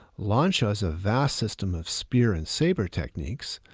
lan shou has a vast system of spear and saber techniques.